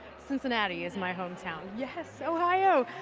cincinnati is my hometown. yes, ohio!